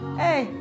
hey